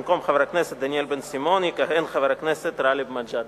במקום חבר הכנסת דניאל בן-סימון יכהן חבר הכנסת גאלב מג'אדלה.